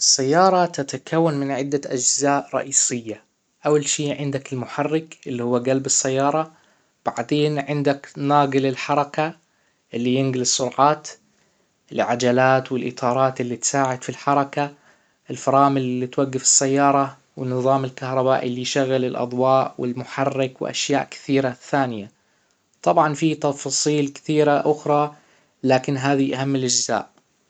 السيارة تتكون من عدة أجزاء رئيسية: أول شئ عندك المحرك إللى هو جلب السيارة بعدين عندك ناجل الحركة إللى ينجل السرعات للعجلات و الإطارات إللى تساعد فى الحركة ، الفرامل إللى توجف السيارة و النظام الكهربائى إللى يشغل الأضواء و المحرك و أشياء كثيرة ثانية ، طبعا فيه تفاصيل كتيرة أخرى لكن هذه أهم الإجزاء